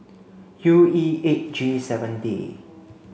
U E eight G seven D